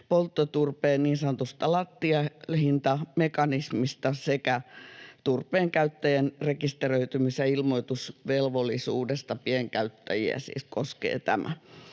polttoturpeen niin sanotusta lattiahintamekanismista sekä turpeen käyttäjien rekisteröitymis- ja ilmoitusvelvollisuudesta — pienkäyttäjiä siis koskee tämä.